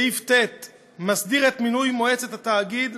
סעיף ט' מסדיר את מינוי מועצת התאגיד,